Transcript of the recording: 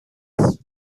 است